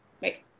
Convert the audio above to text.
Wait